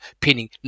pinning